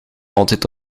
altijd